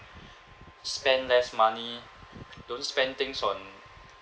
spend less money don't spend things on